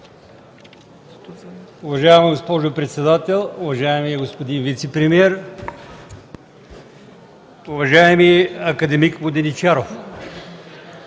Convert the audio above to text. Уважаема госпожо председател, уважаеми господин вицепремиер! Уважаеми акад. Воденичаров,